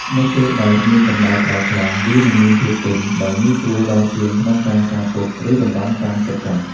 នៅពេលដែកមានកម្ដៅក្ដៅខ្លាំង វានឹងមានភាពទន់ ដែលងាយស្រួលដល់ជាងក្នុងការការពត់ ឬតម្រង់តាមចិត្តចង់។